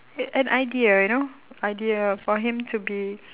a~ an idea you know idea for him to be